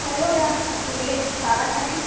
হয় ঐ আহ আছো এনে চাহ তা খালি